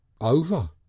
Over